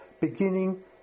beginning